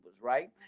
Right